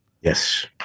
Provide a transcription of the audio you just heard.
Yes